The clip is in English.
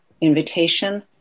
invitation